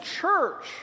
church